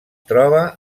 troba